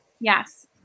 Yes